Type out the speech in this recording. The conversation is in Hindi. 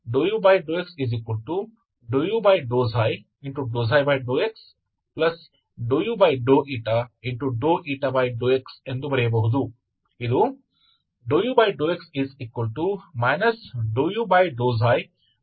तो यह ये दो समीकरण हैं इन दो ODEs के दो हल सामान्य हल तो इससे हमें देखा कि xyy x औरxy4y x आप अपने ξ और η को कैसे ठीक करते हैं